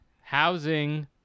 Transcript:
housing